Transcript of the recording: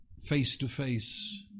face-to-face